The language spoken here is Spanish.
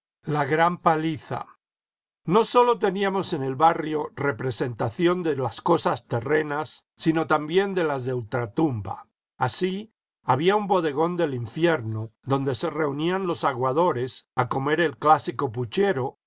la gran paliza no sólo teníamos en el barrio representación de las cosas terrenas sino también de las de ultratumba así había un bodegón del infierno donde se reunían los aguadores a comer el clásico puchero